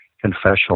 confessional